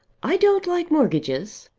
i don't like mortgages.